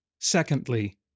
Secondly